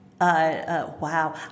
wow